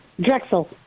drexel